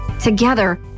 Together